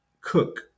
Cook